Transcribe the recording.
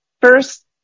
First